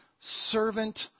servant